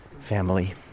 family